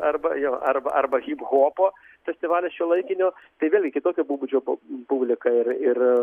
arba jo arba arba hiphopo festivalis šiuolaikinio tai vėlgi kitokio pobūdžio po publika ir ir